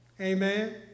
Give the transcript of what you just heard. Amen